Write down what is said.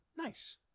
Nice